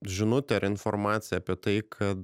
žinutę ir informaciją apie tai kad